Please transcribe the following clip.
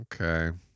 okay